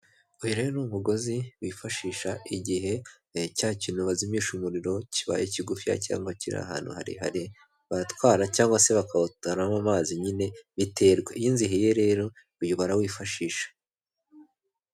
Uyu rero n'umugozi bifashisha igihe cya kintu bazimisha umuriro kibaye kigufiya cyangwa kiri ahantu harehare batwara cyangwa se bakawutwramo amazi nyine biterwa, iyo inzu ihiye rero uyu barawifashisha.